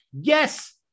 yes